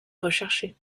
recherché